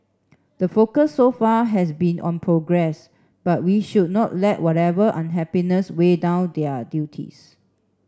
the focus so far has been on progress but we should not let whatever unhappiness weigh down their duties